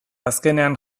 azkenean